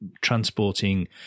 transporting